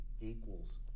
equals